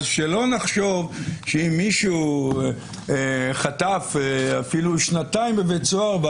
אז שלא נחשוב שאם מישהו חטף אפילו שנתיים בבית סוהר,